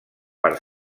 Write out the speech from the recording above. per